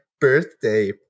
birthday